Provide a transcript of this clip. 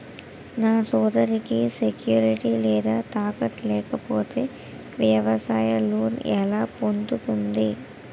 నా సోదరికి సెక్యూరిటీ లేదా తాకట్టు లేకపోతే వ్యవసాయ లోన్ ఎలా పొందుతుంది?